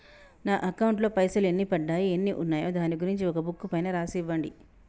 నా అకౌంట్ లో పైసలు ఎన్ని పడ్డాయి ఎన్ని ఉన్నాయో దాని గురించి ఒక బుక్కు పైన రాసి ఇవ్వండి?